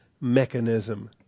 mechanism